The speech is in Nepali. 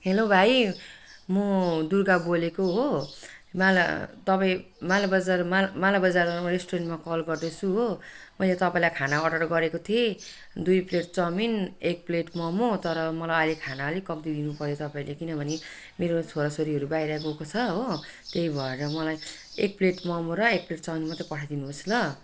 हेलो भाइ म दुर्गा बोलेको हो माल तपाईँ मालबजार माल मालबजारमा रेस्टुरेन्टमा कल गर्दैछु हो मैले तपाईँलाई खाना अर्डर गरेको थिएँ दुई प्लेट चाउमिन एक प्लेट मोमो तर मलाई अहिले खाना अलिक कम्ती दिनुपर्यो तपाईँले किनभने मेरो छोराछोरीहरू बाहिर गएको छ हो त्यै भएर मलाई एक प्लेट मोमो र एक प्लेट चाउमिन मात्रै पठाइदिनुहोस् ल